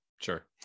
Sure